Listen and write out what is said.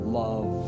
love